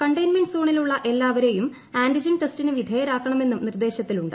containment സോണിലുള്ള എല്ലാവരെയും antigen ടെസ്റ്റിന് വിധേയരാക്കണമെന്നും നിർദ്ദേശത്തിലുണ്ട്